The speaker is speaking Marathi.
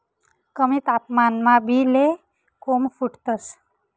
कमी तापमानमा बी ले कोम फुटतंस